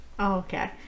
okay